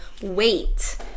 wait